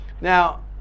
Now